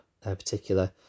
particular